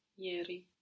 ieri